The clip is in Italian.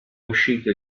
uscito